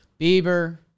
Bieber